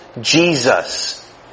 Jesus